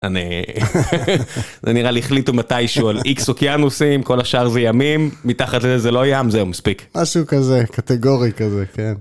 נראה לי החליטו מתישהו על איקס אוקיינוסים. כל השאר זה ימים, מתחת לזה זה לא ים - זהו, מספיק. -משהו כזה, קטגורי כזה, כן.